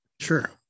sure